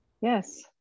Yes